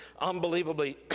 unbelievably